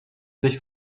sich